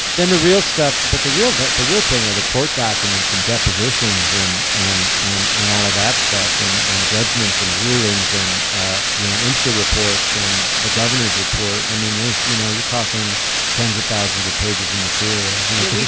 then the real stuff. but the real that the real thing are the court documents and depositions and and and and all of that stuff and and judgments and rulings. and ah you know, imsa reports and the governors report. i mean, those you know, you're talking tens of thousands of pages of material you know, we,